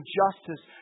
justice